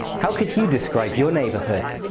how could you describe your neighbourhood?